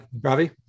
Robbie